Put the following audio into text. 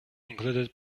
included